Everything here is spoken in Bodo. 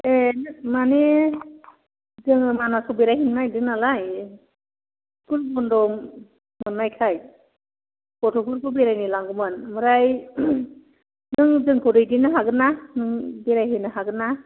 ए माने जोङो मानासाव बेरायहैनो नागिरदों नालाय स्कुल बन्द' मोन्नायखाय गथ'फोरखौ बेरायनो लांगौमोन ओमफ्राय नों जोंखौ दैदेननो हागोन्ना नों बेरायहोनो हागोन्ना